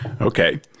Okay